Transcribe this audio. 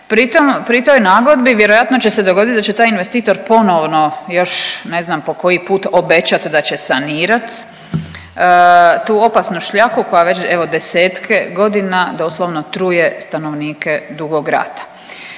pri toj nagodbi, vjerojatno će se dogoditi da će taj investitor ponovno još ne znam po koji put obećati da će sanirati tu opasnu šljaku koja već evo, desetke godine doslovno truje stanovnike Dugog Rata.